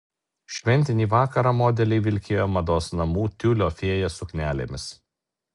šventinį vakarą modeliai vilkėjo mados namų tiulio fėja suknelėmis